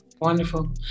Wonderful